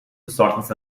besorgnis